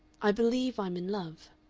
i believe i'm in love.